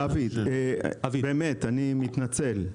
אני באמת מתנצל,